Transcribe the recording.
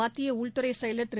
மத்தியஉள்துறைசெயலர் திரு